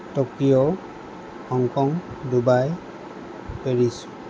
Tokyo Hong Kong Dubai Paris